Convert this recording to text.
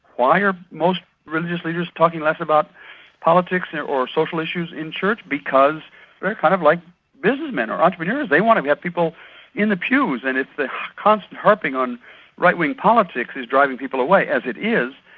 why are most religious leaders talking less about politics or social issues in church? because they're kind of like businessmen or entrepreneurs they want to have people in the pews, and if the constant harping on right wing politics is driving people away, as it is,